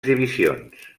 divisions